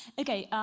okay,